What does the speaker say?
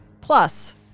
plus